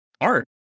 art